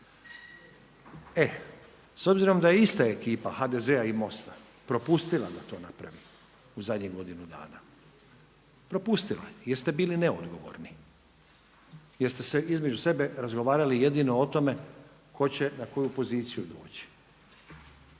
E s obzirom da je ista ekipa HDZ-a i MOST-a propustila da to napravi u zadnjih godinu dana, propustila jer ste bili neodgovorni, jer ste se između sebe razgovarali jedino o tome tko će na koju poziciju doći.